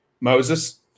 Moses